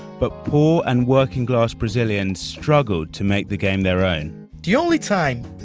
but poor and working-class brazilians struggled to make the game their own the only time